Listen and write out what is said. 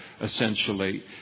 Essentially